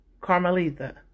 Carmelita